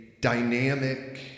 dynamic